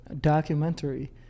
documentary